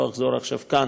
ולא אחזור עכשיו כאן